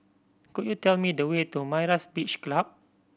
could you tell me the way to Myra's Beach Club